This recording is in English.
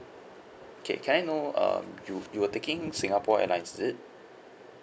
okay can I know uh you you were taking singapore airlines is it